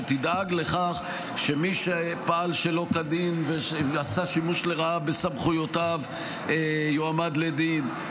שתדאג לכך שמי שפעל שלא כדין ועשה שימוש לרעה בסמכויותיו יועמד לדין,